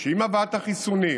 שעם הבאת החיסונים,